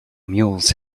mules